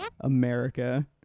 America